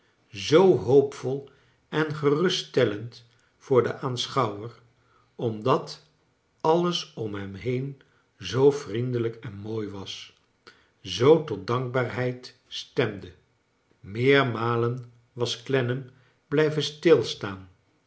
zoo hoopvol en geruststellend voor den aanschouwer omdat alles om hem been zoo vriendelijk en mooi was zoo tot dankbaarheid stcmde meermalen was clennam blijven stilstaan